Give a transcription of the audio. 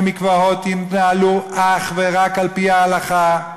ומקוואות יתנהלו אך ורק על-פי ההלכה.